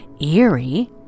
eerie